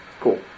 Cool